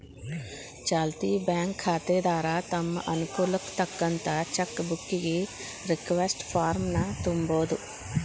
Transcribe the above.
ಚಾಲ್ತಿ ಬ್ಯಾಂಕ್ ಖಾತೆದಾರ ತಮ್ ಅನುಕೂಲಕ್ಕ್ ತಕ್ಕಂತ ಚೆಕ್ ಬುಕ್ಕಿಗಿ ರಿಕ್ವೆಸ್ಟ್ ಫಾರ್ಮ್ನ ತುಂಬೋದು